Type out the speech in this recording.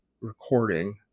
recording